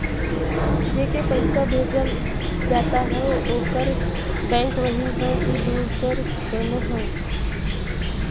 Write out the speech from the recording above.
जेके पइसा भेजल जात हौ ओकर बैंक वही हौ कि दूसर कउनो हौ